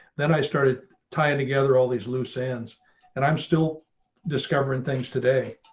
then i started tying together all these loose ends and i'm still discovering things today.